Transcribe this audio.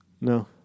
No